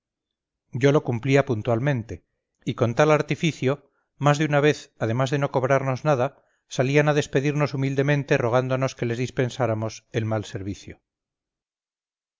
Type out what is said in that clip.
yo lo cumplía puntualmente y con tal artificio más de una vez además de no cobrarnos nada salían a despedirnos humildemente rogándonos que les dispensáramos el mal servicio